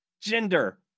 gender